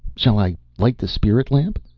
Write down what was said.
shall i light the spirit lamp?